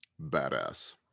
Badass